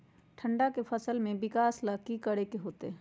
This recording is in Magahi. ठंडा में फसल के विकास ला की करे के होतै?